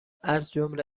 ازجمله